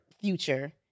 future